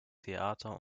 theater